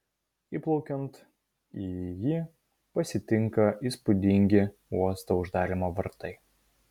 įplaukiant į jį pasitinka įspūdingi uosto uždarymo vartai